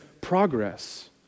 progress